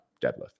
deadlift